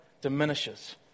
diminishes